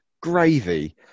gravy